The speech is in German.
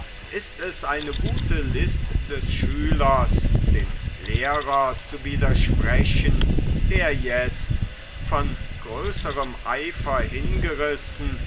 ist es eine gute list des schülers dem lehrer zu widersprechen der jetzt von größerm eifer hingerissen